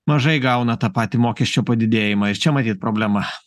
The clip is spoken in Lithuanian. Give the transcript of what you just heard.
mažai gauna tą patį mokesčio padidėjimą ir čia matyt problema